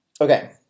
Okay